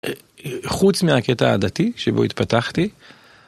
חוץ מהקטע הדתי שבו התפתחתי.